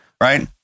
right